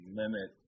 limit